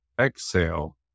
exhale